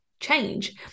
change